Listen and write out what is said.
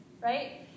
right